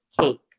cake